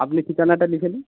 আপনি ঠিকানাটা লিখে নিন